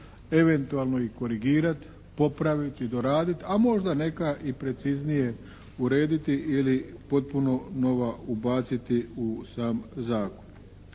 eventualno ih korigirat, popravit, doradit a možda neka i preciznije urediti i potpuno nova ubaciti u sam zakon.